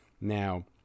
Now